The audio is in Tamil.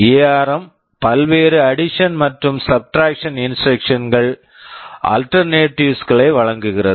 எஆர்ம் ARM பல்வேறு அடிஷன் addition மற்றும் சப்ட்ராக்க்ஷன் subtraction இன்ஸ்ட்ரக்க்ஷன் instruction -கள் அல்டெர்நேடிவ்ஸ் alternatives களை வழங்குகிறது